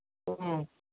ꯎꯝ